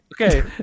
Okay